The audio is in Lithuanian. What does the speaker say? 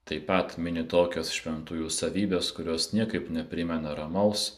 taip pat mini tokias šventųjų savybes kurios niekaip neprimena ramaus